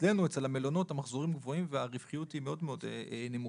במלונות המחזורים גבוהים והרווחיות היא מאוד מאוד נמוכה.